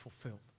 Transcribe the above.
fulfilled